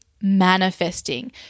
manifesting